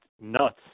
nuts